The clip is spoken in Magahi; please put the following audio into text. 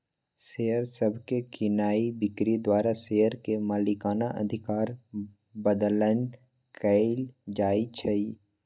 शेयर सभके कीनाइ बिक्री द्वारा शेयर के मलिकना अधिकार बदलैंन कएल जाइ छइ